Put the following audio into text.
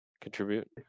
contribute